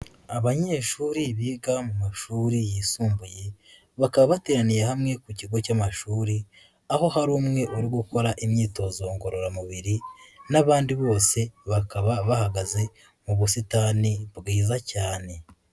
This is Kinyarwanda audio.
Abanyeshuri biga mu mashuri yisumbuye bakaba bateraniye hamwe ku kigo cy'amashuri aho hari umwe uri gukora imyitozo ngororamubiri n'abandi bose bakaba bahagaze mu busitani bwiza cyane.